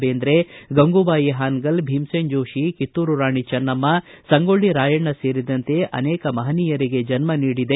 ಬೇಂದ್ರೆ ಗಂಗೂಬಾಯಿ ಹಾನಗಲ್ ಭೀಮಸೇನ್ ಜೋತಿ ಕಿತ್ತೂರು ರಾಣಿ ಚೆನ್ನಮ್ಟ ಸಂಗೊಳ್ಳ ರಾಯಣ್ಣ ಸೇರಿದಂತೆ ಅನೇಕ ಮಹನೀಯರಿಗೆ ಜನ್ನ ನೀಡಿದೆ